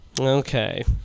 Okay